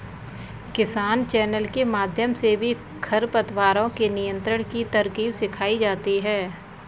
किसान चैनल के माध्यम से भी खरपतवारों के नियंत्रण की तरकीब सिखाई जाती है